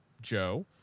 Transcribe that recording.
Joe